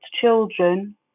children